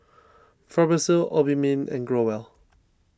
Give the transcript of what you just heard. Fibrosol Obimin and Growell